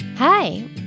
Hi